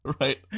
Right